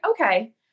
okay